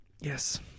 Yes